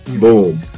Boom